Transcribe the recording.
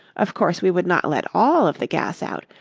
of course we would not let all of the gas out,